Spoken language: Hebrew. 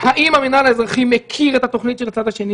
האם המינהל האזרחי מכיר את התוכנית של הצד השני,